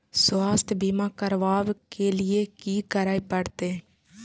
स्वास्थ्य बीमा करबाब के लीये की करै परतै?